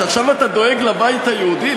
שעכשיו אתה דואג לבית היהודי.